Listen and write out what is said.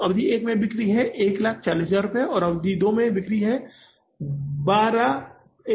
अवधि एक में बिक्री है 140000 है और अवधि दो में 120000 बन गया है